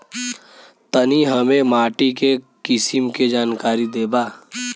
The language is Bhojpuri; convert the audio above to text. तनि हमें माटी के किसीम के जानकारी देबा?